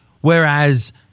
whereas